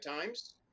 times